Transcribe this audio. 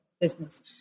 business